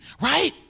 right